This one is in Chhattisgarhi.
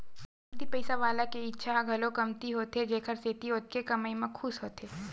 कमती पइसा वाला के इच्छा ह घलो कमती होथे जेखर सेती ओतके कमई म खुस होथे